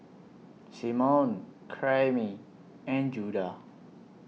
Simone Karyme and Judah